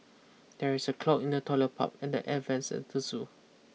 there is a clog in the toilet pipe and the air vents at the zoo